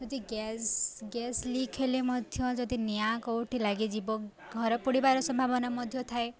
ଯଦି gas gas leak ହେଲେ ମଧ୍ୟ ଯଦି ନିଆଁ କେଉଁଠି ଲାଗିଯିବ ଘର ପୋଡ଼ିବାର ସମ୍ଭାବନା ମଧ୍ୟ ଥାଏ